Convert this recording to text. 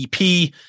EP